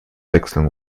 wechseln